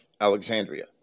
Alexandria